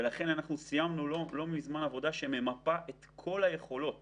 ולכן סיימנו לא מזמן עבודה שממפה את כל היכולות